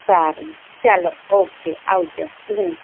સારું ચાલો ઓકે આવજો હં